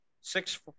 six